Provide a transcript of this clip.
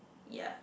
ya